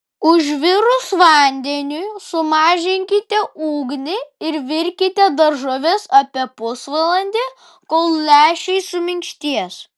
užvirus vandeniui sumažinkite ugnį ir virkite daržoves apie pusvalandį kol lęšiai suminkštės